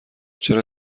چرا